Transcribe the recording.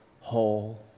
whole